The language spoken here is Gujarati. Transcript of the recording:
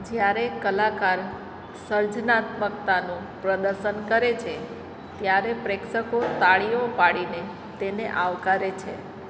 જ્યારે કલાકાર સર્જનાત્મકતાનું પ્રદર્શન કરે છે ત્યારે પ્રેક્ષકો તાળીઓ પાડીને તેને આવકારે છે